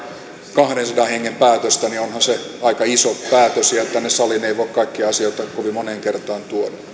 kahdensadan hengen päätöstä niin onhan se aika iso päätös ja ja tänne saliin ei voi kaikkia asioita kovin moneen kertaan